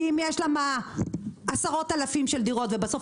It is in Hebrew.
כי אם יש עשרות אלפים של דירות ובסוף